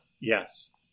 Yes